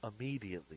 immediately